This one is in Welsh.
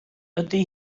ydy